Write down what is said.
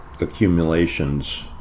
accumulations